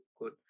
good